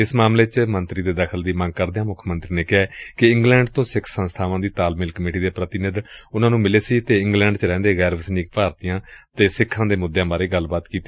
ਇਸ ਮਾਮਲੇ ਚ ਮੰਤਰੀ ਦੇ ਦਖਲ ਦੀ ਮੰਗ ਕਰਦਿਆਂ ਮੁੱਖ ਮੰਤਰੀ ਨੇ ਕਿਹਾ ਕਿ ਇੰਗਲੈਂਡ ਤੋਂ ਸਿੱਖ ਸੰਸਬਾਵਾਂ ਦੀ ਤਾਲਮੇਲ ਕਮੇਟੀ ਦੇ ਪ੍ਤੀਨਿਧੀ ਉਨੂਾਂ ਨੂੰ ਮਿਲੇ ਸਨ ਅਤੇ ਇੰਗਲੈਂਡ ਚ ਰਹਿੰਦੇ ਗੈਰ ਵਸਨੀਕ ਭਾਰਤੀਆਂ ਦੇ ਸਿੱਖਾਂ ਦੇ ਮੁੱਦਿਆਂ ਬਾਰੇ ਗੱਲਬਾਤ ਕੀਤੀ